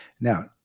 Now